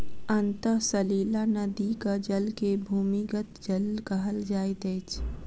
अंतः सलीला नदीक जल के भूमिगत जल कहल जाइत अछि